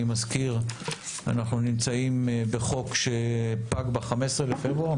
אני מזכיר שאנחנו נמצאים בחוק שפג ב-15 בפברואר,